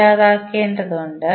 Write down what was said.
ഇല്ലാതാക്കേണ്ടതുണ്ട്